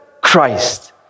Christ